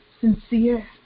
sincere